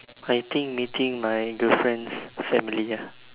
I think meeting my girlfriend's family ya